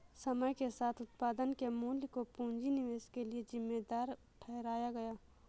समय के साथ उत्पादन के मूल्य को पूंजी निवेश के लिए जिम्मेदार ठहराया गया